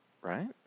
Right